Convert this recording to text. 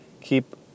Keep